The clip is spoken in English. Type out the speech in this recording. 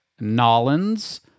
Nolans